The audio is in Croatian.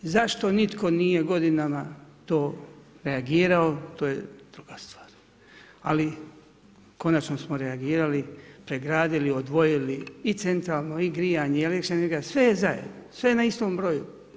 Zašto nitko nije godinama to reagirao, to ej druga stvar ali konačno smo reagirali, pregradili, odvojili i centralno i grijanje i električna energija, sve je zajedno, sve je na istom broju.